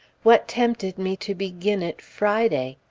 what tempted me to begin it friday?